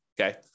Okay